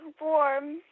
warm